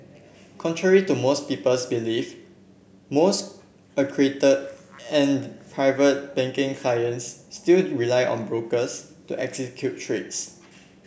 contrary to most people's belief most accredited and Private Banking clients still rely on brokers to execute trades